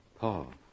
Paul